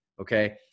Okay